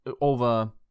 over